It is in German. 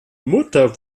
mutter